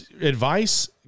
advice